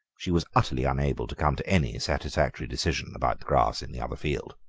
she was utterly unable to come to any satisfactory decision about the grass in the other field.